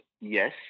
yes